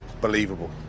Believable